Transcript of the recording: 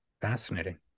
Fascinating